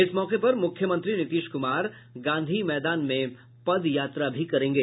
इस मौके पर मुख्यमंत्री नीतीश कुमार गांधी मैदान में पद यात्रा भी करेंगे